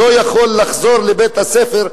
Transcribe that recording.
לא יכול לחזור לבית-הספר,